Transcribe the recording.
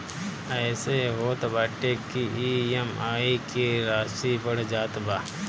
एसे इ होत बाटे की इ.एम.आई के राशी बढ़ जात बा